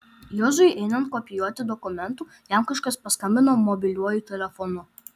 juozui einant kopijuoti dokumentų jam kažkas paskambino mobiliuoju telefonu